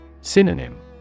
Synonym